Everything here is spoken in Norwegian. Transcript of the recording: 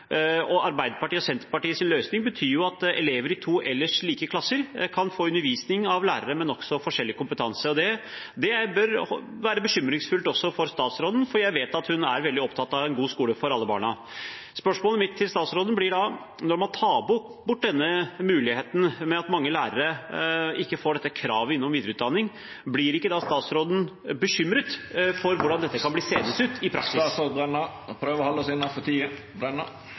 Arbeiderpartiet og Senterpartiets løsning betyr jo at elever i to ellers like klasser kan få undervisning av lærere med nokså forskjellig kompetanse. Det bør være bekymringsfullt også for statsråden, for jeg vet at hun er veldig opptatt av en god skole for alle barn. Spørsmålet mitt til statsråden blir da: Når man tar bort denne muligheten med at mange lærere ikke får dette kravet om etter- og videreutdanning, blir ikke da statsråden bekymret for hvordan dette kan bli seende ut i praksis? Undertegnede er alltid bekymret for om vi lykkes godt nok med å